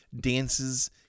dances